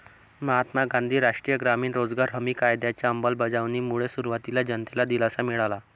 महात्मा गांधी राष्ट्रीय ग्रामीण रोजगार हमी कायद्याच्या अंमलबजावणीमुळे सुरुवातीला जनतेला दिलासा मिळाला